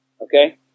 Okay